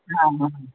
ಹಾಂ ಹಾಂ